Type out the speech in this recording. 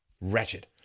wretched